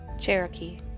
Cherokee